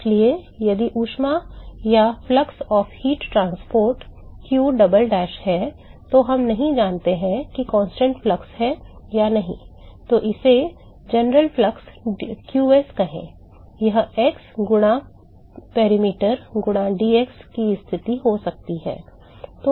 इसलिए यदि ऊष्मा परिवहन का फ्लक्स q डबल डैश है तो हम नहीं जानते कि यह स्थिर फ्लक्स है या नहीं तो इसे सामान्य फ्लक्स qs कहें यह x गुणा परिधि गुणा dx की स्थिति हो सकती है